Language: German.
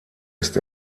ist